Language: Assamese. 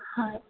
হয়